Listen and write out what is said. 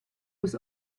was